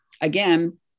Again